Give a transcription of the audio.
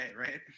right